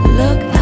look